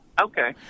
Okay